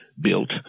built